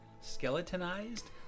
skeletonized